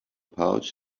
pouch